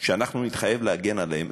שאנחנו נתחייב להגן עליהם.